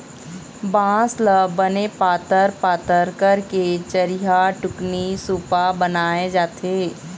बांस ल बने पातर पातर करके चरिहा, टुकनी, सुपा बनाए जाथे